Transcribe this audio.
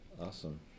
Awesome